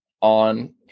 on